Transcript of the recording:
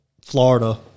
Florida